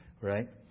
right